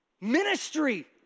ministry